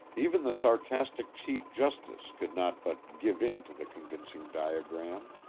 even the sarcastic chief justice could not but give in to the convincing diagram